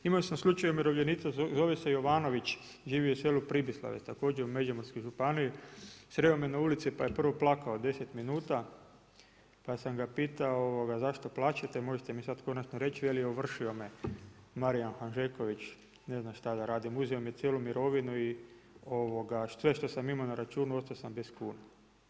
Imao sam slučaj umirovljenice, zove se Jovanović, živi u selu Pribislavec, također u Međimurskoj županiji, sreo me na ulici pa je prvo plakao 10 minuta, pa sam ga pitao zašto plačete, možete mi sad konačno reći, veli ovršio me Marijan Hanžeković, ne znam šta da radim, uzeo mi je cijelu mirovinu i sve što sam imao na računu, ostao sam bez kune.